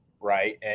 right